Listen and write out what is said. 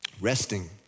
Resting